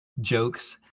jokes